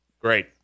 great